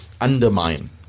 undermine